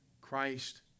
Christ